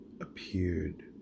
appeared